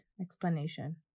explanation